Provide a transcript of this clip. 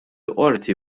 qorti